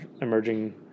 emerging